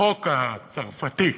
החוק הצרפתי,